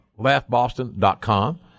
laughboston.com